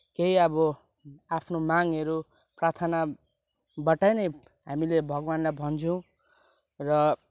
केही अब आफ्नो मागहरू प्रार्थनाबाट नै हामीले भगवान्लाई भन्छौँ र